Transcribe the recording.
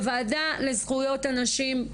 בוועדה לזכויות הנשים,